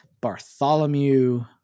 Bartholomew